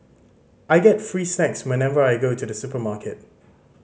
I get free snacks whenever I go to the supermarket